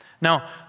Now